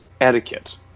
etiquette